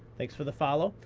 thanks for the follow.